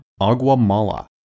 Aguamala